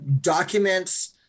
documents